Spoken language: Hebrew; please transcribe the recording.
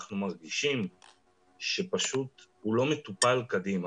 אנחנו מרגישים שפשוט הוא לא מטופל קדימה.